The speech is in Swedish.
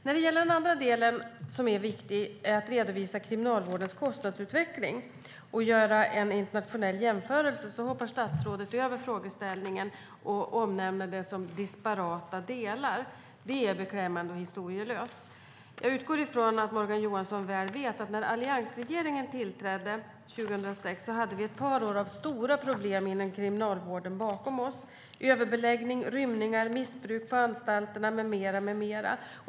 När det gäller den andra viktiga delen, att redovisa kriminalvårdens kostnadsutveckling och göra en internationell jämförelse, hoppar statsrådet över frågeställningen och omnämner detta som disparata delar. Det är beklämmande och historielöst. Jag utgår ifrån att Morgan Johansson väl vet att vi hade ett par år av stora problem inom kriminalvården bakom oss när alliansregeringen tillträdde 2006. Det var överbeläggning, rymningar, missbruk på anstalterna med mera.